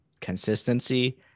consistency